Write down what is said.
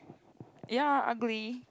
ya ugly